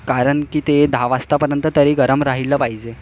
कारण की ते दहा वाजतापर्यंत तरी गरम राहिलं पाहिजे